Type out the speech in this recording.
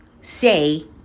say